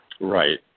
Right